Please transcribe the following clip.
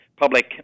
public